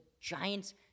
Giants